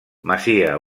masia